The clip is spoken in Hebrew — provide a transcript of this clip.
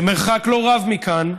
במרחק לא רב מכאן,